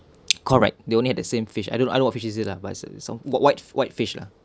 correct they only have the same fish I don't know I don't know what fish is it lah but some some white white fish lah